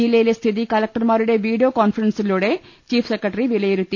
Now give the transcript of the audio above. ജില്ലയിലെ സ്ഥിതി കളക്ടർമാരുടെ വീഡിയോ കോൺഫറൻസിലൂടെ ചീഫ് സെക്രട്ടറി വിലയിരുത്തി